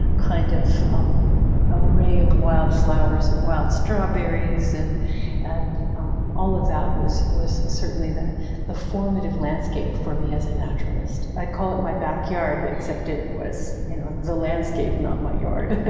kind of um array of wildflowers and wild strawberries, and and all of that was was certainly the the formative landscape for me as a naturalist. i'd call it my backyard except it was you know the landscape and not my yard.